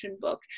book